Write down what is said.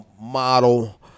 model